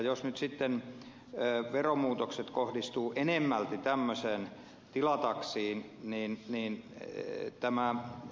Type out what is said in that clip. jos nyt sitten veromuutokset kohdistuvat enemmälti tämmöiseen tilataksiin niin tämä ed